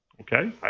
Okay